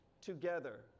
together